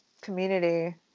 community